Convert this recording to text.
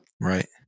Right